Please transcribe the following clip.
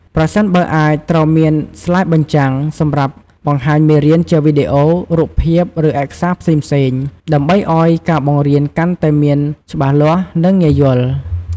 ប្រសិនបើអាចត្រូវមានស្លាយបញ្ចាំង សម្រាប់បង្ហាញមេរៀនជាវីដេអូ រូបភាព ឬឯកសារផ្សេងៗ ដើម្បីឲ្យការបង្រៀនកាន់តែមានច្បាស់លាស់ និងងាយយល់។